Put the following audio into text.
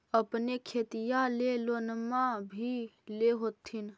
अपने खेतिया ले लोनमा भी ले होत्थिन?